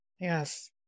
Yes